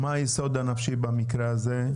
מה היסוד הנפשי במקרה הזה?